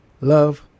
love